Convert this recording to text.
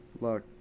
Look